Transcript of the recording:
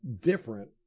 different